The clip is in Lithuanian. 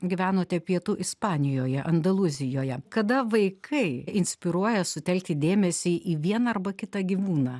gyvenote pietų ispanijoje andalūzijoje kada vaikai inspiruoja sutelkti dėmesį į vieną arba kitą gyvūną